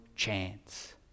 Chance